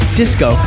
disco